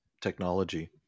technology